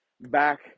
back